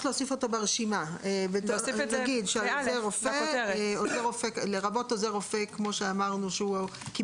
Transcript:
הנושא שהרופא המומחה כפוף למרות עוזר הרופא ומועסק